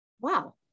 wow